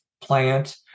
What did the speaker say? plant